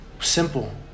simple